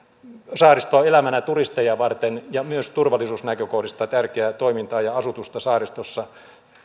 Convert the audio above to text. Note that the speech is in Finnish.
saaristoa elävänä turisteja varten ja myös turvallisuusnäkökohdista tärkeää toimintaa ja asutusta saaristossa